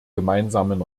gemeinsamen